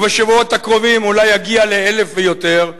ובשבועות הקרובים אולי אגיע ל-1,000 ויותר.